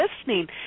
listening